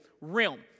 realm